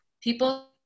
People